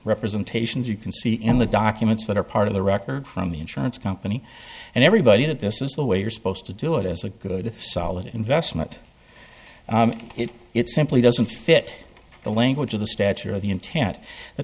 representations you can see in the documents that are part of the record from the insurance company and everybody that this is the way you're supposed to do it as a good solid investment it simply doesn't fit the language of the stature of the intent the